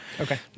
Okay